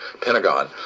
Pentagon